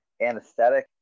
anesthetic